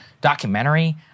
documentary